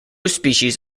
species